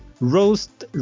roast